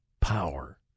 power